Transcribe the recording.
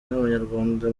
n’abanyarwanda